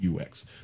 UX